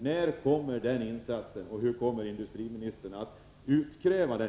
När kommer den insatsen, och hur kommer industriministern att utkräva den?